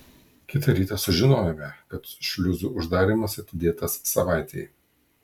kitą rytą sužinojome kad šliuzų uždarymas atidėtas savaitei